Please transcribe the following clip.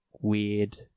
weird